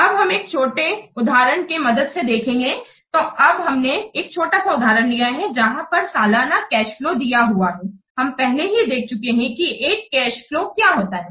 अब हम एक छोटे उदाहरण के मदद से इसे देखेंगे तो अब हमने एक छोटा उदाहरण लिया है जहां पर सालाना कैश फ्लो दिया हुआ है हम पहले ही देख चुके हैं कि एक कैश फ्लो क्या होता है